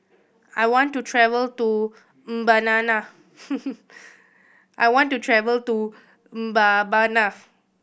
I want to travel to I want to travel to Mbabana